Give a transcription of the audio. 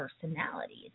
personalities